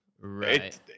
Right